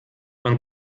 man